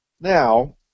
Now